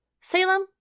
Salem